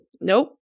nope